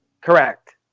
Correct